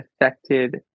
affected